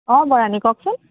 অঁ বৰানী কওকচোন